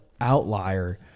outlier